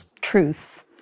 truth